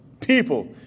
People